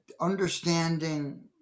understanding